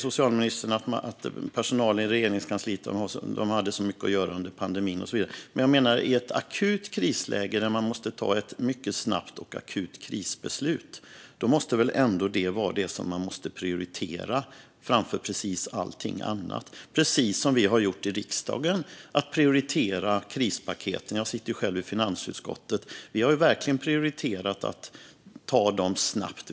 Socialministern säger att personalen i Regeringskansliet hade så mycket att göra under pandemin och så vidare. Men i ett akut krisläge, där man måste ta ett mycket snabbt och akut krisbeslut, måste väl ändå det vara det man måste prioritera framför precis allting annat. Det är precis det vi har gjort i riksdagen då vi prioriterat krispaketen. Jag sitter själv i finansutskottet, och vi har verkligen prioriterat att ta dem snabbt.